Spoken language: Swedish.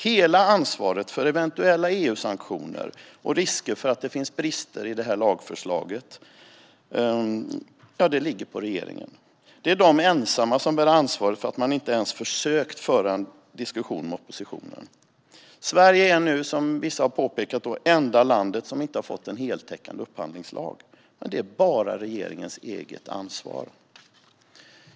Hela ansvaret för eventuella EU-sanktioner och för att det finns brister i detta lagförslag ligger på regeringen. Regeringen bär ensam ansvaret för att man inte ens har försökt föra en diskussion med oppositionen. Som vissa har påpekat är Sverige nu det enda land som inte har fått en heltäckande upphandlingslag, och det är bara regeringens ansvar.